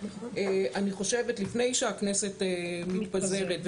לפני שהכנסת מתפזרת,